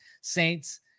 Saints